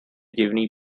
divný